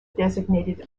designated